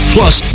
Plus